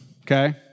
Okay